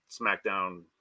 SmackDown